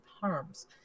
harms